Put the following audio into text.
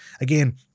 Again